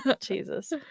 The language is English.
jesus